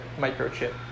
microchip